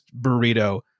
burrito